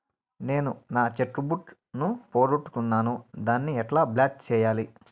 నేను నా cheque book ను పోగొట్టుకున్నాను దాన్ని ఎట్లా బ్లాక్ సేయాలి?